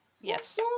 Yes